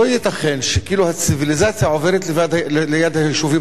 לא ייתכן שהציוויליזציה עוברת ליד היישובים